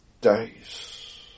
days